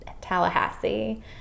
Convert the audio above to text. Tallahassee